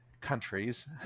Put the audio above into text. countries